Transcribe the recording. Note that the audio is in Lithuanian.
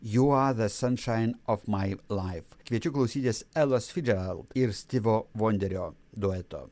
you are the sunshine of my life kviečiu klausytis elos fidžerald ir stivo vonderio dueto